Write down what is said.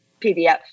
PDF